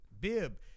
Bib